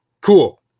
cool